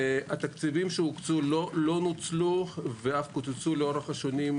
התקציבים שהוקצו לא נוצלו ואף קוצצו לאורך השנים,